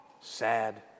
sad